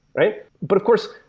right? but of course,